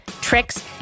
tricks